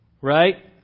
Right